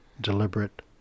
deliberate